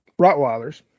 Rottweilers